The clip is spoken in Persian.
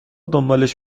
دنبالش